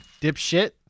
dipshit